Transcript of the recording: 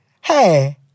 Hey